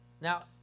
Now